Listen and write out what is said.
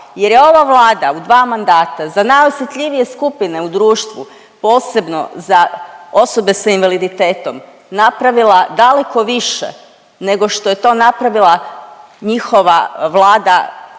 jer je ova Vlada u dva mandata za najosjetljivije skupine u društvu posebno za osobe s invaliditetom napravila daleko više nego što je to napravila njihova vlada